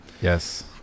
Yes